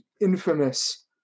infamous